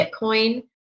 Bitcoin